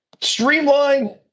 streamline